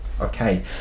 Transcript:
Okay